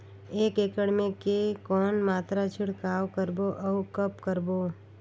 एक एकड़ मे के कौन मात्रा छिड़काव करबो अउ कब करबो?